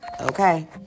Okay